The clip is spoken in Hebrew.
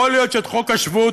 יכול להיות שאת חוק השבות,